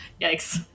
Yikes